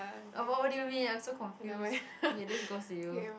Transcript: oh what do you mean I'm so confused okay this goes to you